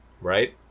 Right